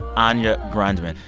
anya grundmann.